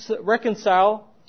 reconcile